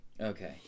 Okay